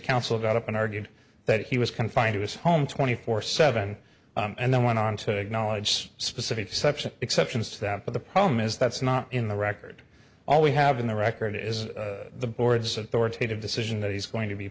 counsel got up and argued that he was confined to his home twenty four seven and then went on to acknowledge specific exception exceptions to that but the problem is that's not in the record all we have in the record is the board's authoritative decision that he's going to be